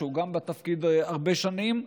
שהוא גם בתפקיד הרבה שנים,